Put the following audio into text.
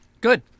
Good